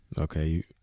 Okay